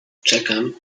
czekam